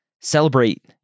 celebrate